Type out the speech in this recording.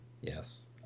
Yes